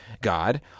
God